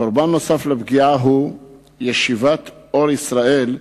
קורבן נוסף לפגיעה הוא ישיבת "אור ישראל",